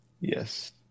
Yes